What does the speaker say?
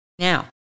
Now